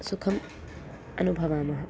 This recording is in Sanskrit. सुखम् अनुभवामः